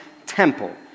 Temple